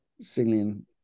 singing